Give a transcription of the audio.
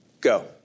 Go